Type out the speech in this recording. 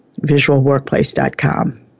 visualworkplace.com